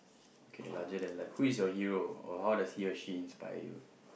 okay larger than life who is your hero or how does he or she inspire you